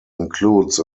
includes